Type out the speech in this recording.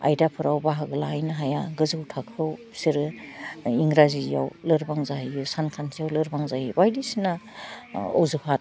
आयदाफोराव बाहागो लाहैनो हाया गोजौ थाखोयाव बिसोरो इंराजियाव लोरबां जाहैयो सानखान्थियाव लोरबां जायो बायदिसिना ओह अजुखा